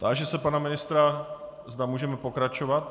Táži se pana ministra, zda můžeme pokračovat.